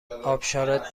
آبشارت